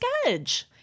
sketch